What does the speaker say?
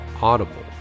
Audible